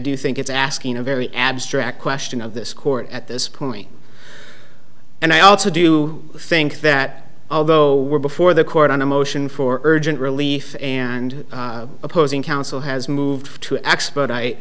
do think it's asking a very abstract question of this court at this point and i also do think that although we're before the court on a motion for urgent relief and opposing counsel has moved to